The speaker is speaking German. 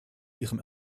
ihrem